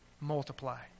multiply